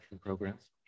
programs